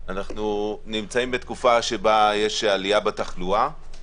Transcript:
אנחנו נמצאים בתקופה של עלייה בתחלואה,